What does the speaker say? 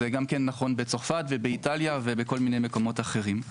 זה גם כן נכון בצרפת ובאיטליה ובכל מיני מקומות אחרים.